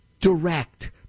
Direct